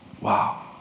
Wow